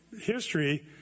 history